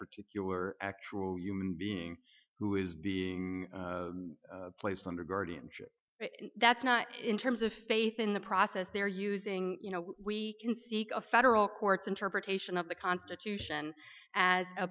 particular actual human being who is being placed under guardianship that's not in terms of faith in the process they're using you know we can seek a federal court's interpretation of the constitution as a